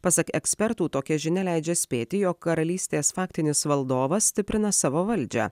pasak ekspertų tokia žinia leidžia spėti jog karalystės faktinis valdovas stiprina savo valdžią